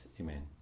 Amen